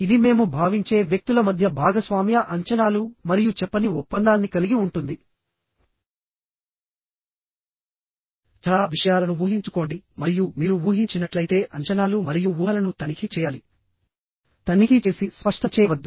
ఇది మేము భావించే వ్యక్తుల మధ్య భాగస్వామ్య అంచనాలు మరియు చెప్పని ఒప్పందాన్ని కలిగి ఉంటుంది చాలా విషయాలను ఊహించుకోండి మరియు మీరు ఊహించినట్లయితే అంచనాలు మరియు ఊహలను తనిఖీ చేయాలి తనిఖీ చేసి స్పష్టం చేయవద్దు